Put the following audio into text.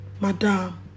Madam